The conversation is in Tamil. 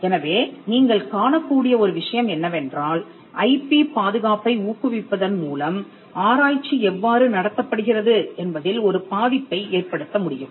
எனவே நீங்கள் காணக்கூடிய ஒரு விஷயம் என்னவென்றால் ஐபி பாதுகாப்பை ஊக்குவிப்பதன் மூலம் ஆராய்ச்சி எவ்வாறு நடத்தப்படுகிறது என்பதில் ஒரு பாதிப்பை ஏற்படுத்த முடியும்